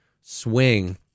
swing